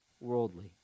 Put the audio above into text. worldly